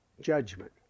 judgment